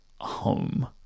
home